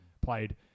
played